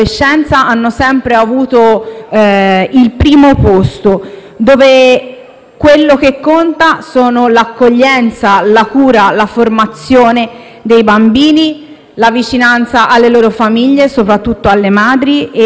quello che conta sono l'accoglienza, la cura, la formazione dei bambini, la vicinanza alle loro famiglie, soprattutto alle madri. Ancora oggi è così, perché ancora oggi l'Istituto degli innocenti